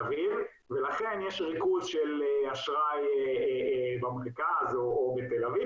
אביב ולכן יש ריכוז של אשראי במרכז או בתל אביב,